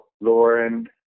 Lauren